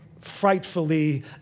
frightfully